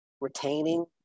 retaining